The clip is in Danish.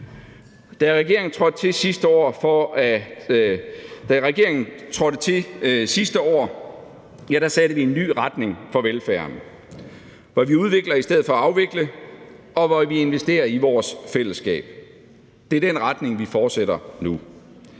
Da regeringen trådte til sidste år, satte vi en ny retning for velfærden, hvor vi udvikler i stedet for at afvikle, og hvor vi investerer i vores fællesskab. Det er den retning, vi fortsætter nu.